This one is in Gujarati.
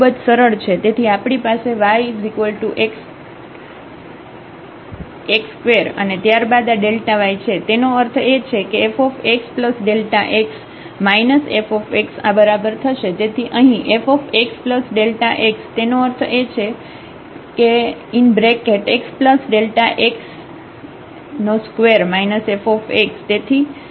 તેથી આપણી પાસે yx2અને ત્યારબાદ આ y છે તેનો અર્થ એ છે કે fxΔx fxઆ બરાબર થશે તેથી અહીં fxΔx તેનો અર્થ એ છે કે xΔx2 fx